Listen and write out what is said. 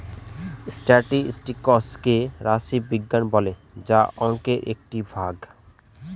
statistics কে রাশি বিজ্ঞান বলে যা অংকের একটি ভাগ